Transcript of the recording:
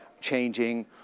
changing